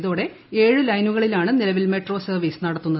ഇതോടെ ഏഴ് ലൈനുകളിലാണ് നിലവിൽ മെട്രോ സർവ്വീസ് നടത്തുന്നത്